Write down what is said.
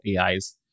AI's